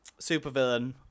supervillain